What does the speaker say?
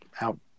out